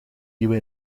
nieuwe